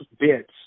bits